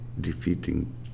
defeating